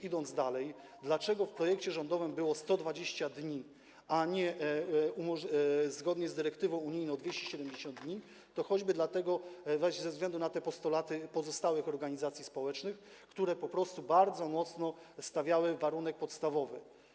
Idąc dalej, w projekcie rządowym było 120 dni, a nie zgodnie z dyrektywą unijną 270 dni, właśnie ze względu na te postulaty pozostałych organizacji społecznych, które po prostu bardzo mocno stawiały warunek podstawowy.